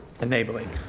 Enabling